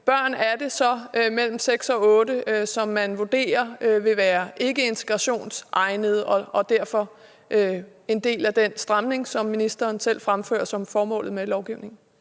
børn det så er mellem 6 og 8 år, som man vurderer vil være ikkeintegrationsegnede og derfor er en del af den stramning, som ministeren selv fremfører som formålet med lovgivningen?